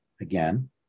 again